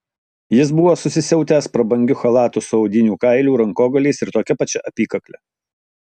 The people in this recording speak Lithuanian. jis buvo susisiautęs prabangiu chalatu su audinių kailių rankogaliais ir tokia pačia apykakle